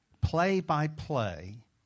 play-by-play